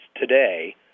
today